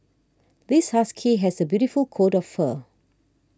this husky has a beautiful coat of fur